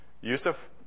Yusuf